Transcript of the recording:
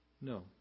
No